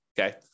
okay